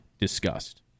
discussed